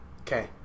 Okay